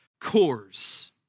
cores